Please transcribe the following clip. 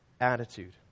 attitude